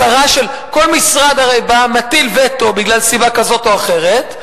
כל משרד הרי בא ומטיל וטו בגלל סיבה כזאת או אחרת.